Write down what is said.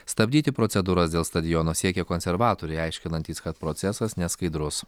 stabdyti procedūras dėl stadiono siekia konservatoriai aiškinantys kad procesas neskaidrus